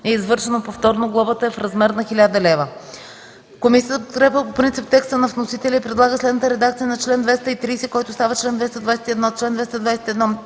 е извършено повторно, глобата е в размер 1000 лв.” Комисията подкрепя по принцип текста на вносителя и предлага следната редакция на чл. 230, който става чл. 221: „Чл. 221.